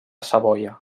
savoia